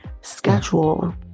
schedule